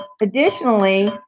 Additionally